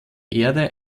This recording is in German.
erde